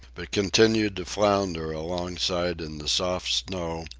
but continued to flounder alongside in the soft snow,